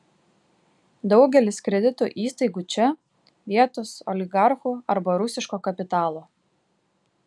daugelis kredito įstaigų čia vietos oligarchų arba rusiško kapitalo